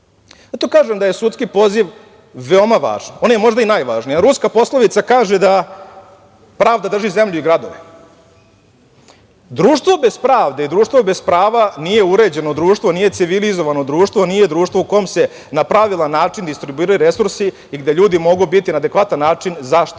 kažem da je sudski poziv veoma važan. On je možda i najvažniji. Ruska poslovica kaže da pravda drži zemlju i gradove. Društvo bez pravde i društvo bez prava nije uređeno društvo, nije civilizovano društvo, nije društvo u kom se na pravilan način distribuiraju resursi i gde ljudi mogu biti na adekvatan način zaštićeni. Stalno